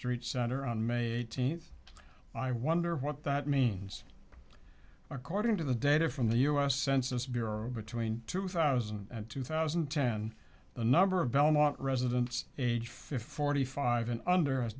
street center on may eighteenth i wonder what that means according to the data from the us census bureau between two thousand and two thousand and ten the number of belmont residents age fifty forty five and under has